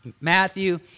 Matthew